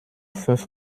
fünf